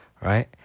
right